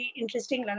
interesting